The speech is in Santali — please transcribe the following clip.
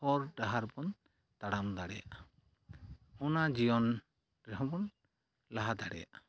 ᱦᱚᱨ ᱰᱟᱦᱟᱨ ᱵᱚᱱ ᱛᱟᱲᱟᱢ ᱫᱟᱲᱮᱭᱟᱜᱼᱟ ᱚᱱᱟ ᱡᱤᱭᱚᱱ ᱨᱮᱦᱚᱸᱵᱚᱱ ᱞᱟᱦᱟ ᱫᱟᱲᱮᱭᱟᱜᱼᱟ